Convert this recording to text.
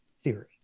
theory